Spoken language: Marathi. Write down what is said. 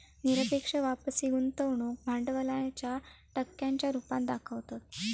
निरपेक्ष वापसी गुंतवणूक भांडवलाच्या टक्क्यांच्या रुपात दाखवतत